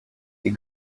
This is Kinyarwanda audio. iyi